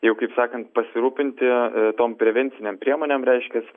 jau kaip sakant pasirūpinti tom prevencinėm priemonėm reiškias